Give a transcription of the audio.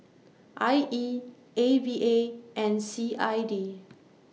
I E A V A and C I D